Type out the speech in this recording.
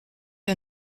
pas